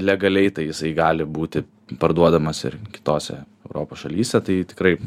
legaliai tai jisai gali būti parduodamas ir kitose europos šalyse tai tikrai